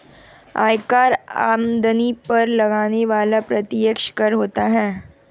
आयकर आमदनी पर लगने वाला प्रत्यक्ष कर होता है